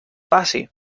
passi